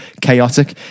chaotic